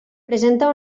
presenta